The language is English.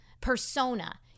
persona